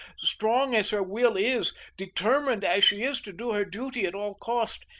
strong as her will is, determined as she is to do her duty at all cost,